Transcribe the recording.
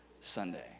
Sunday